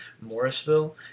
Morrisville